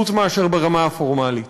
חוץ מאשר ברמה הפורמלית.